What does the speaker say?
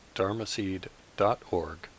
dharmaseed.org